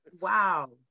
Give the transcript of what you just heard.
wow